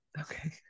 Okay